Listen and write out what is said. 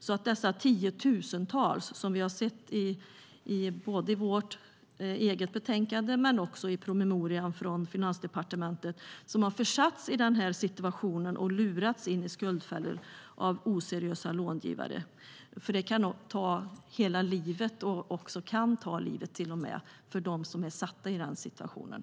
Det handlar om de tiotusentals som vi både i vårt eget betänkande och i promemorian från Finansdepartementet har sett sitter i denna situation och har lurats in i skuldfällor av oseriösa långivare. De kan ta hela livet för dem som är satta i den situationen.